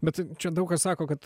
bet čia daug kas sako kad